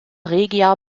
regia